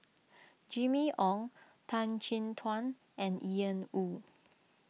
Jimmy Ong Tan Chin Tuan and Ian Woo